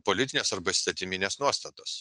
politinės arba įstatyminės nuostatos